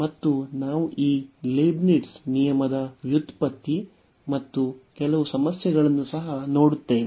ಮತ್ತು ನಾವು ಈ ಲೀಬ್ನಿಟ್ಜ್ ನಿಯಮದ ವ್ಯುತ್ಪತ್ತಿ ಮತ್ತು ಕೆಲವು ಸಮಸ್ಯೆಗಳನ್ನು ಸಹ ನೋಡುತ್ತೇವೆ